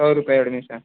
सौ रुपये एडमिशन